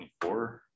24